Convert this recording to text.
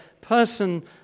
person